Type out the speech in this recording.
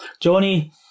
Johnny